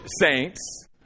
saints